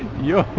you.